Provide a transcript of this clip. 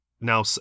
now